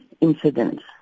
incidents